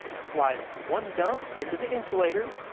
slide one dump into the insulator,